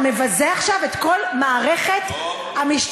אתה מבזה עכשיו את כל המערכת המשטרתית,